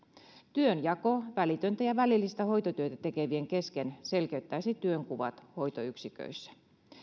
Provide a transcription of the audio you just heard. työnjako välitöntä ja välillistä hoitotyötä tekevien kesken selkeyttäisi työnkuvat hoitoyksiköissä